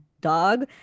dog